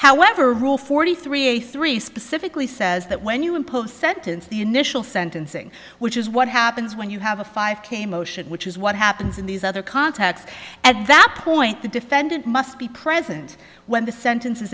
however rule forty three a three specifically says that when you impose sentence the initial sentencing which is what happens when you have a five k motion which is what happens in these other contacts at that point the defendant must be present when the sentences